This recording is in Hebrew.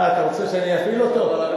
אה, אתה רוצה שאני אפעיל אותו?